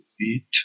eat